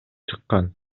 чыккан